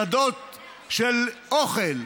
שדות של אוכל.